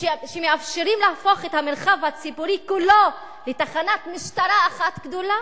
ושמאפשרות להפוך את המרחב הציבורי כולו לתחנת משטרה אחת גדולה?